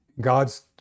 God's